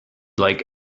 like